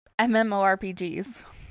MMORPGs